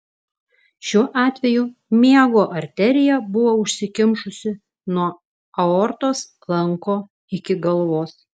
šiuo atveju miego arterija buvo užsikimšusi nuo aortos lanko iki galvos